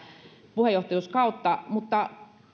puheenjohtajuuskautta mutta